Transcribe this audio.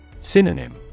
Synonym